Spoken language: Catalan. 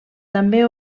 també